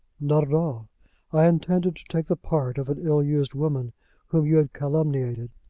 not at all i intended to take the part of an ill-used woman whom you had calumniated.